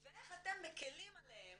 ואיך אתם מקלים עליהם,